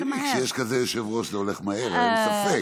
כשיש יושב-ראש כזה זה הולך מהר, אין ספק.